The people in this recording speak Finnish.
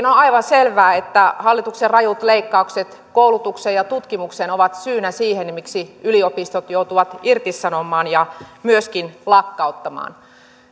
on aivan selvää että hallituksen rajut leikkaukset koulutukseen ja tutkimukseen ovat syynä siihen miksi yliopistot joutuvat irtisanomaan ja myöskin lakkauttamaan